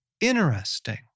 interesting